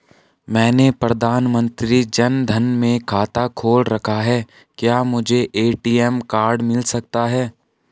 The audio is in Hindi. मैंने प्रधानमंत्री जन धन में खाता खोल रखा है क्या मुझे ए.टी.एम कार्ड मिल सकता है?